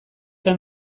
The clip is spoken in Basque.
hain